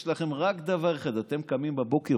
יש לכם רק דבר אחד: אתם קמים בבוקר,